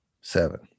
Seven